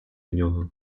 нього